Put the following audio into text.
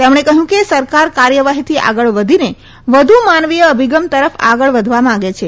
તેમણે કહ્યું કે સરકાર કાર્યવાહીથી આગળ વધીને વધુ માનવીય અભિગમ તરફ આગળ વધવા માંગે છે